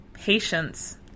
patience